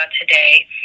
today